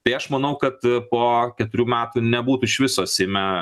tai aš manau kad po keturių metų nebūtų iš viso seime